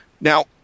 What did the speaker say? Now